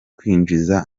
kwinjiza